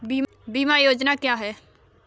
बीमा योजना क्या है?